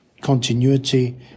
continuity